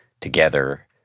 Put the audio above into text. together